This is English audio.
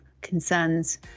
concerns